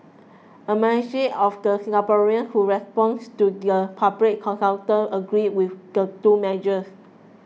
a majority of the Singaporeans who responded to the public consultation agreed with the two measures